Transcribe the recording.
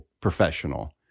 professional